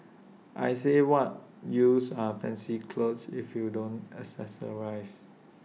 I say what use are fancy clothes if you don't accessorise